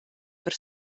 per